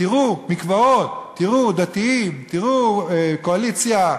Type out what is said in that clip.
תראו, מקוואות, תראו, דתיים, תראו, קואליציה.